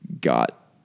got